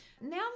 Now